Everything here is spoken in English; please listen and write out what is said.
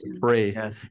pray